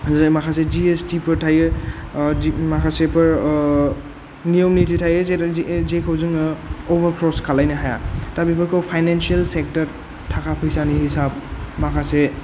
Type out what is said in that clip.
जेरै माखासे G S T फोर थायो दि माखासेफोर नेम खान्थि थायो जेरै जे जेखौ जोङो अभारक्रस खालायनो हाया दा बेफोरखौ फायनेन्सियेल सेक्टर थाखा फैसानि हिसाब माखासे